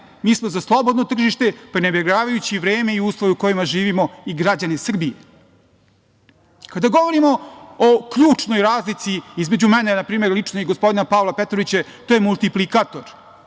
mi smo za slobodno tržište, prenebregavajući vreme i uslove u kojima živimo i građane Srbije. Kada govorimo o ključnoj razlici između mene, na primer, lično i gospodina Pavla Petrovića, to je multiplikator